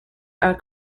are